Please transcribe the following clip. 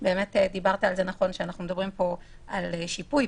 דיברת שאנחנו מדברים על שיפוי,